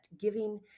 giving